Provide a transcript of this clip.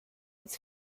its